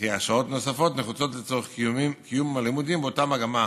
ושהשעות הנוספות נחוצות לצורך קיום הלימודים באותה מגמה,